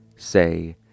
say